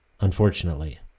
unfortunately